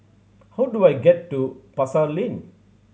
how do I get to Pasar Lane